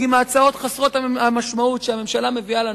עם ההצעות חסרות המשמעות שהממשלה מביאה לנו,